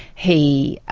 he